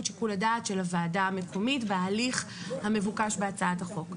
שיקול הדעת של הוועדה המקומית וההליך המבוקש בהצעת החוק.